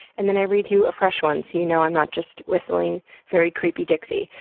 and then i read you a fresh one so you know i'm not just whistling very creepy dixie.